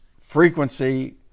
frequency